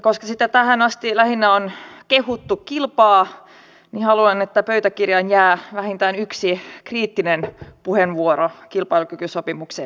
koska sitä tähän asti lähinnä on kehuttu kilpaa niin haluan että pöytäkirjaan jää vähintään yksi kriittinen puheenvuoro kilpailukykysopimukseen liittyen